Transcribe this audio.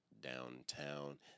downtown